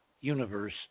universe